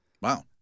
Wow